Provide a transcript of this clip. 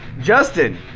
Justin